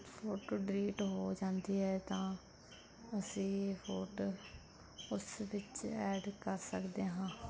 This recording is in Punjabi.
ਫੋਟੋ ਡਿਲੀਟ ਹੋ ਜਾਂਦੀ ਹੈ ਤਾਂ ਅਸੀਂ ਫੋਟੋ ਉਸ ਵਿੱਚ ਐਡ ਕਰ ਸਕਦੇ ਹਾਂ